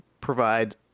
provide